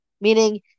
meaning